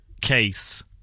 case